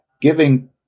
giving